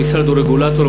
המשרד הוא רגולטור,